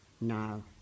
No